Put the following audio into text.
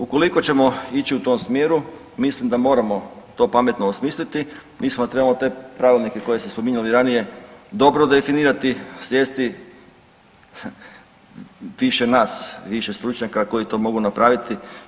Ukoliko ćemo ići u tom smjeru mislim da moramo to pametno osmisliti, mislim da trebamo te pravilnike koje ste spominjali ranije dobro definirati, sjesti, više nas, više stručnjaka koji to mogu napraviti.